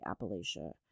Appalachia